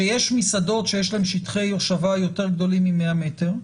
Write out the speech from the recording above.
שיש מסעדות שיש להם שטחי הושבה יותר גדולים מ-100 מטר.